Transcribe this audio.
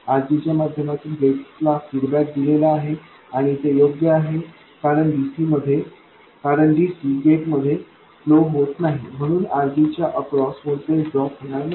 RG च्या माध्यमातून gate ला फीडबॅक दिलेला आहे आणि ते योग्य आहे कारण dc गेट मध्ये फ्लो होत नाही म्हणून RG च्या अक्रॉस व्होल्टेज ड्रॉप होणार नाही